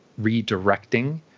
redirecting